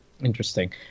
interesting